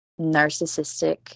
narcissistic